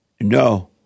No